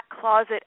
closet